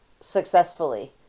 successfully